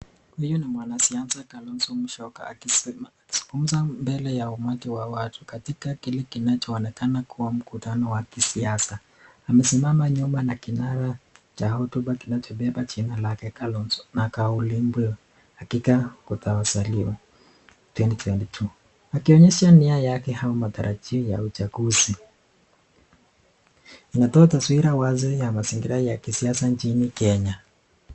Huyu ni mwanasiasa kalonzo musyoka akizungumza mbele ya umati Wa watu katika kile kinacho onekana kuwa mkutano wa kisiasa . Amesimama nyuma na kinara cha hotuba kinacho beba jina lake kalonzo. hakika ukuta ulio zaliwa (2022) . Akionesha niya yake au matarajio ya uchaguzi .Inatoa waziri mazingira ya kisiasa inchini Kenya .